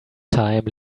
time